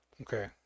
Okay